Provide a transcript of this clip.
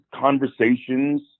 conversations